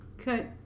Okay